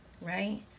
Right